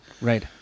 Right